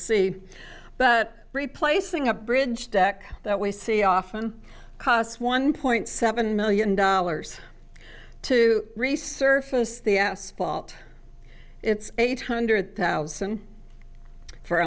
see but replacing a bridge deck that we see often costs one point seven million dollars to resurface the asphalt it's eight hundred thousand for